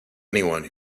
anyone